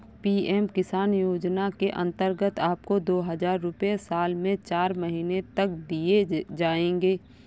PM किसान योजना के अंतर्गत आपको दो हज़ार रुपये साल में चार महीने तक दिए जाएंगे